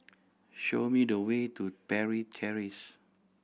show me the way to Parry Terrace